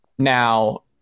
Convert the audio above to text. now